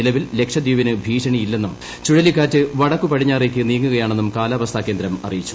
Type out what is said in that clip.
നിലവിൽ ലക്ഷദ്വീപിന് ഭീഷണിയില്ലെന്നും ചുഴലിക്കാറ്റ് വടക്ക് പടിഞ്ഞാറേക്ക് നീങ്ങുകയാണെന്നും കാലാവസ്ഥാ കേന്ദ്രം അറിയിച്ചു